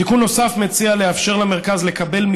תיקון נוסף מציע לאפשר למרכז לקבל,